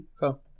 Go